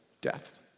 death